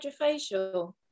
hydrofacial